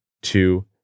two